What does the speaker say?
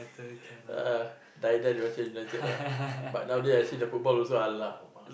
uh die die also Manchester-United lah but nowadays I see the football also !alamak!